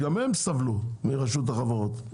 גם הם סבלו מרשות החברות,